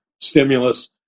stimulus